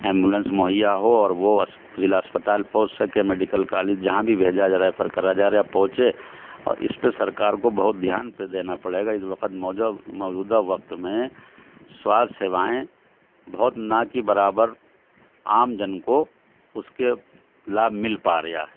ambulance مہیا ہو اور وہ ضلع اسپتال پہنچ سکے میڈیکل کالج جہاں بھی بھیجا جا رہا ہے ریفر کرا جا رہا ہے پہنچے اور اس پہ سرکار کو بہت دھیان پہ دینا پڑے گا اس وقت موجودہ وقت میں سواستھیہ سیوائیں بہت نہ کے برابر عام جَن کو اس کے لابھ مل پا رہا ہے